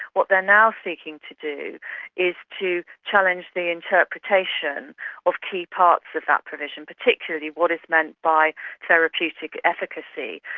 what they're now seeking to do is to challenge the interpretation of key parts of that provision, particularly what is meant by therapeutic efficacy.